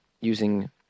using